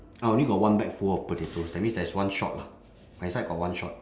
I only got one bag full of potatoes that means there is one short lah my side got one short